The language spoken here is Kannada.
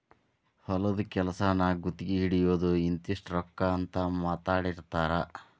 ಹೊಲದ ಕೆಲಸಾನ ಗುತಗಿ ಹಿಡಿಯುದು ಇಂತಿಷ್ಟ ರೊಕ್ಕಾ ಅಂತ ಮಾತಾಡಿರತಾರ